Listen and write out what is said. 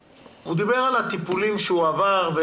הוא דיבר על הטיפולים שהוא עבר.